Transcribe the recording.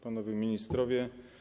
Panowie Ministrowie!